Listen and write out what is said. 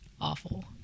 Awful